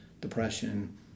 depression